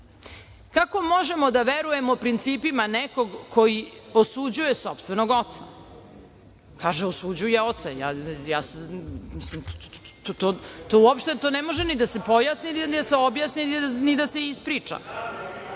možemo da verujemo principima nekog koji osuđuje sopstvenog oca. Kaže osuđuje oca. Ja mislim to uopšte ne može da se pojasni, ni da se objasni, ni da se ispriča. Znači,